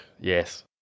yes